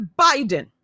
Biden